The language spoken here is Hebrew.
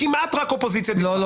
כמעט רק האופוזיציה דיברה.